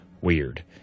weird